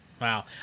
Wow